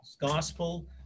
gospel